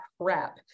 prep